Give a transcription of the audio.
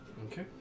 Okay